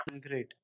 great